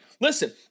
listen